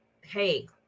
hey